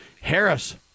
Harris